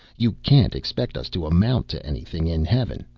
you can't expect us to amount to anything in heaven,